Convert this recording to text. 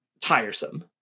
tiresome